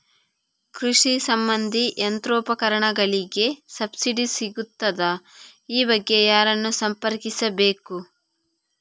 ಕೃಷಿ ಸಂಬಂಧಿ ಯಂತ್ರೋಪಕರಣಗಳಿಗೆ ಸಬ್ಸಿಡಿ ಸಿಗುತ್ತದಾ? ಈ ಬಗ್ಗೆ ಯಾರನ್ನು ಸಂಪರ್ಕಿಸಬೇಕು?